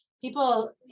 people